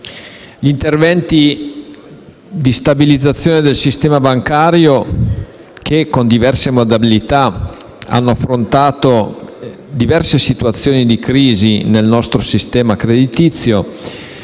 Gli interventi di stabilizzazione del sistema bancario, che, con diverse modalità, hanno affrontato le diverse situazioni di crisi del nostro sistema creditizio,